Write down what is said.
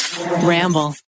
Ramble